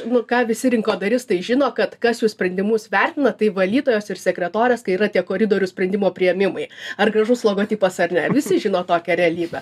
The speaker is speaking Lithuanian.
nu ką visi rinkodaristai žino kad kas jų sprendimus vertina tai valytojos ir sekretorės kai yra tie koridorių sprendimo priėmimai ar gražus logotipas ar ne visi žino tokią realybę